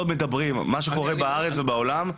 לא מדברים על מה שקורה בארץ ובעולם,